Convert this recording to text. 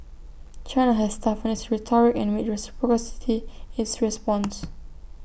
China has toughened its rhetoric and made reciprocity its response